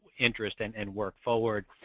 interest and and work forward.